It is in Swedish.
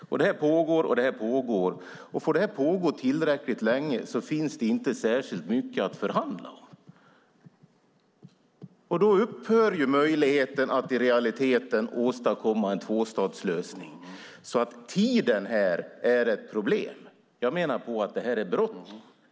Detta pågår och pågår, och får det pågå tillräckligt länge finns det inte särskilt mycket att förhandla om. Då upphör möjligheten att i realiteten åstadkomma en tvåstatslösning. Tiden är ett problem. Jag menar att det är bråttom.